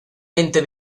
mente